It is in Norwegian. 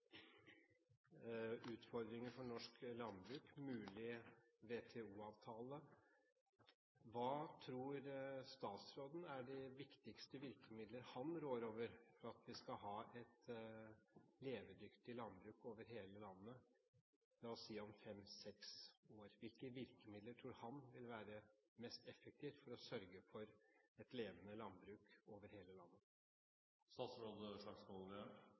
utfordringer for norsk landbruk, en mulig WTO-avtale, hva tror statsråden er de viktigste virkemidler han rår over for at vi skal ha et levedyktig landbruk over hele landet, la oss si om fem–seks år? Hvilke virkemidler tror han vil være mest effektive for å sørge for et levende landbruk over hele